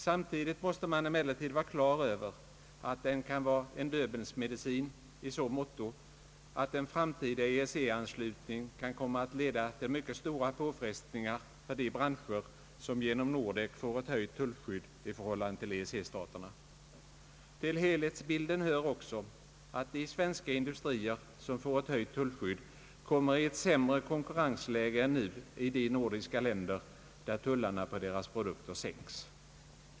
Samtidigt måste man emellertid vara klar över att den kan vara en Döbelnsmedicin i så måtto, att en framtida EEC-anslutning kan : komma att leda till mycket stora påfrestningar för de branscher som genom Nordek får ett höjt tullskydd i förhållande till EEC-staterna. Till helhetsbilden hör också att de svenska industrier, som får ett höjt tullskydd, kommer i ett sämre konkurrensläge än nu i de nordiska länder, där tullarna på deras produkter sänks.